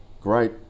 great